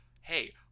hey